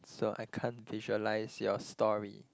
so I can't visualize your story